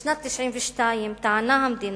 בשנת 1992 טענה המדינה,